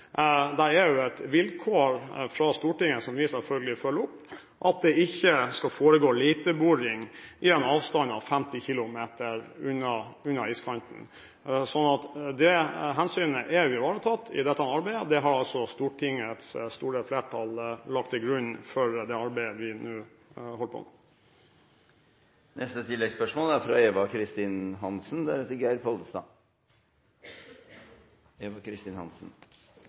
Det er et vilkår fra Stortinget, som vi selvfølgelig følger opp, at det ikke skal foregå leteboring nærmere enn en avstand av 50 km fra iskanten. Det hensynet er ivaretatt i dette arbeidet. Det er Stortingets store flertall som ligger til grunn for det arbeidet vi nå holder på med. Eva Kristin Hansen – til oppfølgingsspørsmål. Det er